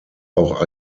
auch